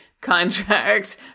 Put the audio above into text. contract